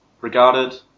regarded